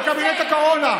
בקבינט הקורונה,